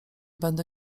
będę